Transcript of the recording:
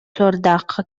суордаахха